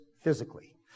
physically